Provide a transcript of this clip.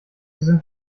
sind